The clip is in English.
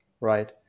right